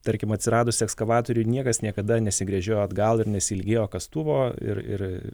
tarkim atsiradus ekskavatoriui niekas niekada nesigręžiojo atgal ir nesiilgėjo kąstuvo ir ir